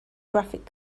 graphic